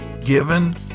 Given